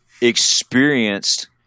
experienced